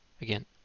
again